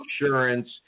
insurance